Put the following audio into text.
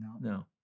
no